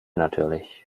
natürlich